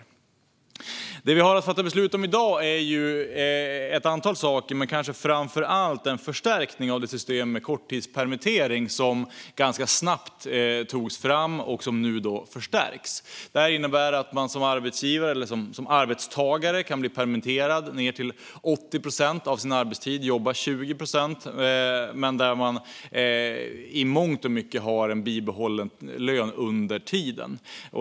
I dag har vi att fatta beslut om ett antal saker, men det handlar kanske framför allt om en förstärkning av det system med korttidspermittering som ganska snabbt togs fram. Det här innebär att man som arbetstagare kan bli permitterad ned till 80 procent av sin arbetstid och jobba 20 procent, i mångt och mycket med bibehållen lön under tiden.